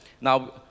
Now